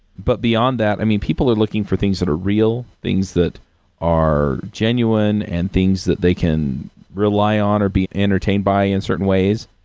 but beyond that, i mean, people are looking for things that are real, things that are genuine and things that they can rely on or be entertained by in certain ways.